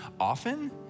often